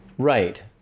Right